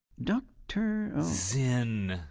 doctor zin.